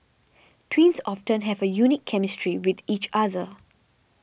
twins often have a unique chemistry with each other